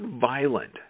violent